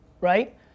right